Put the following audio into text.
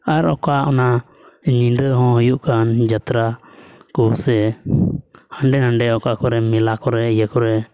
ᱟᱨ ᱚᱠᱟ ᱚᱱᱟ ᱧᱤᱫᱟᱹ ᱦᱚᱸ ᱦᱩᱭᱩᱜ ᱠᱟᱱ ᱡᱟᱛᱛᱨᱟ ᱠᱚ ᱥᱮ ᱦᱟᱰᱮ ᱱᱷᱟᱰᱮ ᱚᱠᱟ ᱠᱚᱨᱮ ᱢᱮᱞᱟ ᱠᱚᱨᱮᱜ ᱤᱭᱟᱹ ᱠᱚᱨᱮᱜ